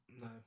No